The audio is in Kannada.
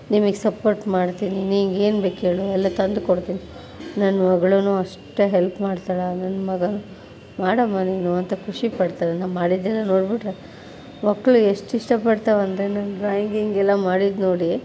ನಿಮಗ್ ಸಪೋರ್ಟ್ ಮಾಡ್ತೀನಿ ನಿನ್ಗಗೆ ಏನು ಬೇಕು ಹೇಳು ಎಲ್ಲ ತಂದುಕೊಡ್ತೀನಿ ನನ್ನ ಮಗ್ಳೂನೂ ಅಷ್ಟೆ ಹೆಲ್ಪ್ ಮಾಡ್ತಾಳೆ ನನ್ನ ಮಗನೂ ಮಾಡಮ್ಮ ನೀನು ಅಂತ ಖುಷಿ ಪಡ್ತಾನೆ ನಾನು ಮಾಡಿದ್ದೆಲ್ಲ ನೋಡಿಬಿಟ್ರೆ ಮಕ್ಕಳು ಎಷ್ಟು ಇಷ್ಟಪಡ್ತಾವೆ ಅಂದರೆ ನಾನು ಡ್ರಾಯಿಂಗಿಂಗೆಲ್ಲ ಮಾಡಿದ್ದು ನೋಡಿ